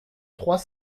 trois